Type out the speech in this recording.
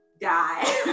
Die